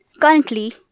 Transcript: Currently